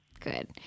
Good